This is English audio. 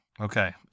Okay